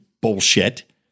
bullshit